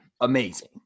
amazing